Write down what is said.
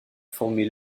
former